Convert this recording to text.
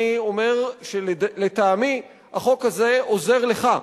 אני אומר שלטעמי החוק הזה עוזר לך,